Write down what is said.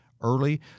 early